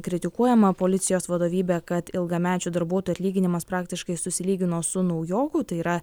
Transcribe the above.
kritikuojama policijos vadovybė kad ilgamečių darbuotojų atlyginimas praktiškai susilygino su naujokų tai yra